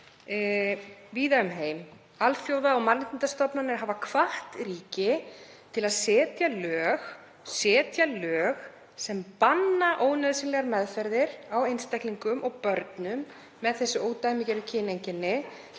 víða um heim og alþjóða- og mannréttindastofnanir hafa hvatt ríki til að setja lög sem banna ónauðsynlegar meðferðir á einstaklingum og börnum með ódæmigerð kyneinkenni,